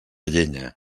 llenya